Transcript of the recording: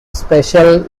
special